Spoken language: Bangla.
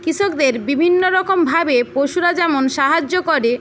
কৃষকদের বিভিন্ন রকমভাবে পশুরা যেমন সাহায্য করে